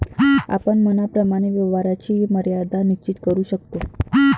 आपण मनाप्रमाणे व्यवहाराची मर्यादा निश्चित करू शकतो